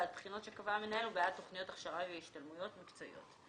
בעד בחינות שקבע המנהל ובעד תוכניות הכשרה והשתלמויות מקצועיות.